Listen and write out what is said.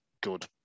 good